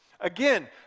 Again